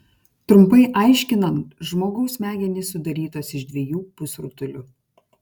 trumpai aiškinant žmogaus smegenys sudarytos iš dviejų pusrutulių